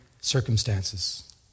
circumstances